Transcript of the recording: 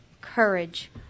courage